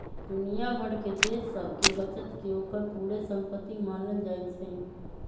दुनिया भर के देश सभके बचत के ओकर पूरे संपति मानल जाइ छइ